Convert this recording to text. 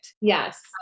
Yes